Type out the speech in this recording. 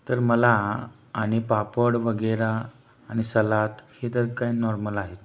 तर मला आणि पापड वगैरे आणि सलाद हे तर काही नॉर्मल आहेत